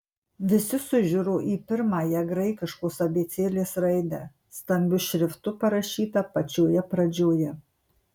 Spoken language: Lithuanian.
visi sužiuro į pirmąją graikiškos abėcėlės raidę stambiu šriftu parašytą pačioje pradžioje